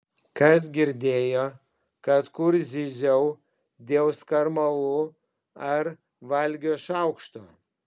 kas girdėjo kad kur zyziau dėl skarmalų ar valgio šaukšto